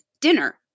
dinner